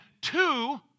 two